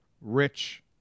Rich